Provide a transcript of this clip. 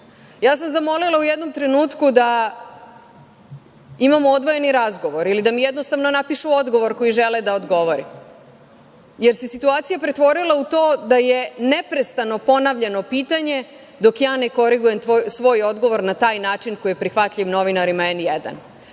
sam zamolila u jednom trenutku da imao odvojeni razgovor ili da mi jednostavno napišu odgovor koji žele da odgovorim, jer se situacija pretvorila u to da je neprestano ponavljano pitanje, dok ne korigujem svoj odgovor na taj način koji je prihvatljiv novinarima